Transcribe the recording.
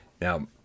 Now